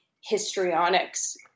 histrionics